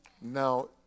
Now